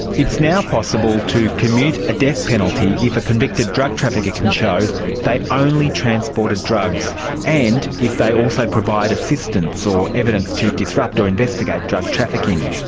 it's now possible to commute a death penalty if a convicted drug trafficker can show they only transported drugs and if they also provide assistance or evidence to disrupt or investigate drug trafficking.